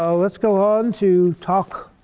ah let's go on to talk